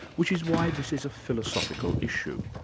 which is why this is a philosophical issue.